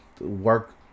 work